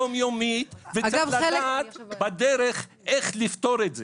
יום יומית וצריך לדעת איך לפתור את זה.